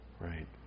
Right